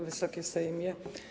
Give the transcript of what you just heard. Wysoki Sejmie!